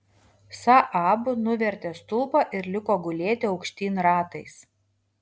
saab nuvertė stulpą ir liko gulėti aukštyn ratais